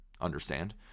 understand